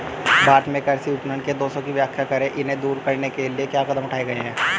भारत में कृषि विपणन के दोषों की व्याख्या करें इन्हें दूर करने के लिए क्या कदम उठाए गए हैं?